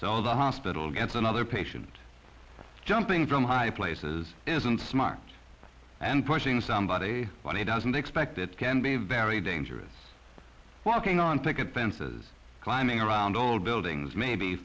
so the hospital gets another patient jumping from high places isn't smart and pushing somebody but he doesn't expect it can be very dangerous walking on picket fences climbing around old buildings may be